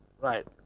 Right